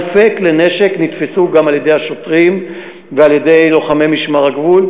אלפי כלי נשק נתפסו גם על-ידי השוטרים ועל-ידי לוחמי משמר הגבול,